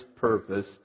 purpose